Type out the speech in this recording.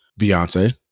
Beyonce